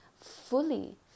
fully